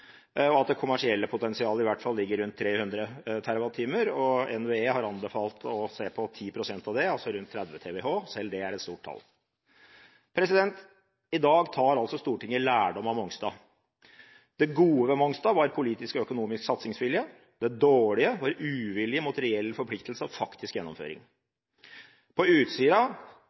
og at det kommersielle potensialet i hvert fall ligger rundt 300 TWh. NVE har anbefalt å se på 10 pst. av det, altså rundt 30 TWh – selv det er et stort tall. I dag tar Stortinget lærdom av Mongstad. Det gode ved Mongstad var politisk og økonomisk satsingsvilje, det dårlige var uvilje mot reell forpliktelse og faktisk